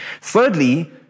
Thirdly